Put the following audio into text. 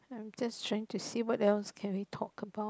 I'm just trying to see what else can we talk about